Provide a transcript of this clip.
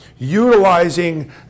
utilizing